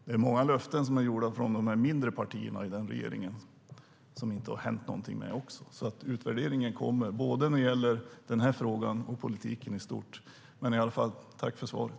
Det är många löften som har gjorts av de mindre partierna i den regeringen som det inte har hänt någonting med. Utvärderingen kommer när det gäller både den här frågan och politiken i stort. Jag tackar i alla fall för svaret.